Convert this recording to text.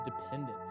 dependent